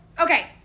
okay